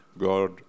God